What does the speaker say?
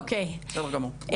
בסדר גמור.